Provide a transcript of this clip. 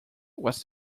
was